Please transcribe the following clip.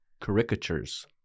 caricatures